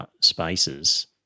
spaces